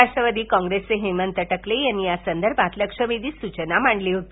राष्ट्रवादी काँग्रेसचे हेमंत टकले यांनी यासंदर्भात लक्षवेधी सूचना मांडली होती